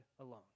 alone